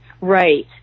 Right